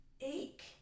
ache